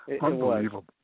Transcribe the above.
Unbelievable